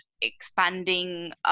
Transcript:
expanding